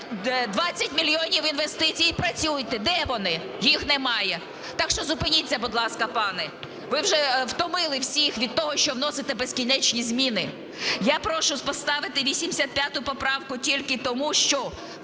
20 мільйонів інвестицій і працюйте. Де вони? Їх немає. Так що зупиніться, будь ласка, пане. Ви вже втомили всіх від того, що вносите безкінечні зміни. Я прошу поставити 85 поправку тільки тому, що